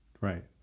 Right